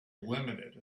limited